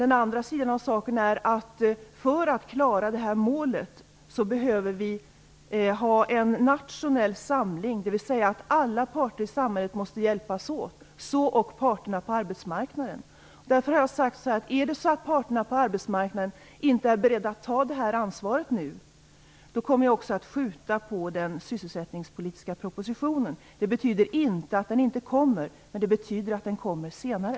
Den andra är att vi för att klara det här målet behöver en nationell samling, dvs. att alla parter i samhället måste hjälpas åt - så ock parterna på arbetsmarknaden. Därför har jag sagt att om parterna inte är beredda att ta det här ansvaret nu kommer jag också att skjuta på den sysselsättningspolitiska propositionen. Det betyder inte att den inte kommer, men det betyder att den kommer senare.